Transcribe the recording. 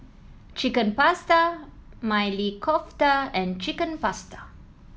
Chicken Pasta Maili Kofta and Chicken Pasta